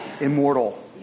immortal